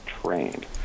trained